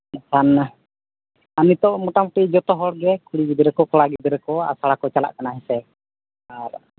ᱮᱱᱠᱷᱟᱱ ᱟᱨ ᱱᱤᱛᱚᱜ ᱢᱳᱴᱟᱢᱩᱴᱤ ᱡᱚᱛᱚ ᱦᱚᱲᱜᱮ ᱠᱩᱲᱤ ᱜᱤᱫᱽᱨᱟᱹ ᱠᱚ ᱠᱚᱲᱟ ᱜᱤᱫᱽᱨᱟᱹ ᱠᱚ ᱟᱥᱲᱟ ᱠᱚ ᱪᱟᱞᱟᱜ ᱠᱟᱱᱟ ᱦᱮᱸ ᱥᱮ ᱟᱨ